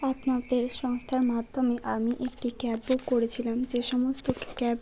আপনাদের সংস্থার মাধ্যমে আমি একটি ক্যাব বুক করেছিলাম যে সমস্ত ক্যাব